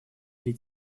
или